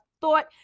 thought